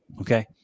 Okay